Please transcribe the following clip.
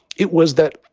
it was that.